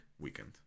weekend